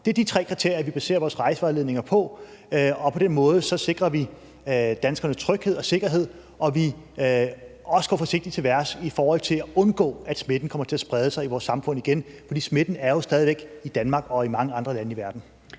Det er de tre kriterier, vi baserer vores rejsevejledninger på, og på den måde sikrer vi danskernes tryghed og sikkerhed. Og vi går også forsigtigt til værks i forhold til at undgå, at smitten kommer til at sprede sig i vores samfund igen, for smitten er jo stadig væk i Danmark og i mange andre lande i verden.